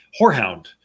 whorehound